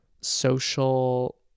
social